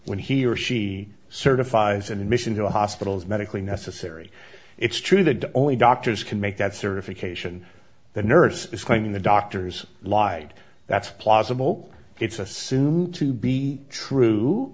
when he or she certifies an admission to a hospital is medically necessary it's true that the only doctors can make that certification the nurse is claiming the doctors lied that's plausible it's assumed to be true